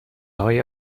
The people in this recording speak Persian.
های